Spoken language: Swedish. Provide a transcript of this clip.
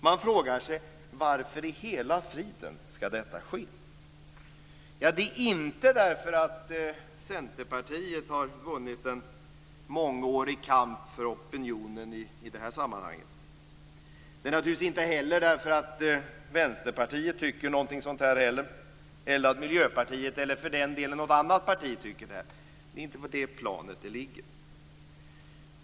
Man frågar sig: Varför i hela friden skall detta ske? Det är inte därför att Centerpartiet har vunnit en mångårig kamp för opinion i det här sammanhanget. Det är naturligtvis inte heller därför att Vänsterpartiet tycker någonting sådant, eller därför att Miljöpartiet, eller för den delen något annat parti, tycker det. Det är inte på det planet det ligger.